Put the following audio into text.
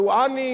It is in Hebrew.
דואני,